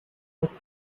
what